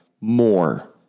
more